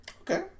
Okay